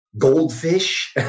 goldfish